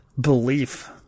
belief